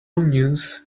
news